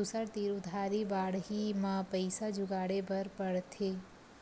दूसर तीर उधारी बाड़ही म पइसा जुगाड़े बर परथे